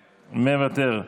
מוותר.